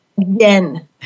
again